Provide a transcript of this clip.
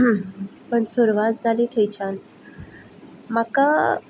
पण सुरवात जाली खंयच्यान म्हाका